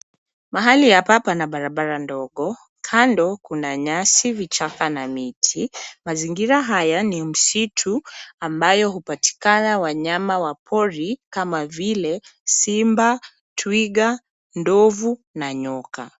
Mahali hapa pana barabara ndogo, kando kuna nyasi ,vichaka na miti. Mazingira haya ni msitu ambayo hupatikana wanyama wa pori kama vile simba, twiga, ndovu na nyoka.